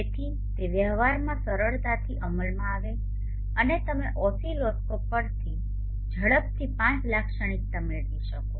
જેથી તે વ્યવહારમાં સરળતાથી અમલમાં આવે અને તમે ઓસિલોસ્કોપ પર ઝડપથી IV લાક્ષણિકતા મેળવી શકો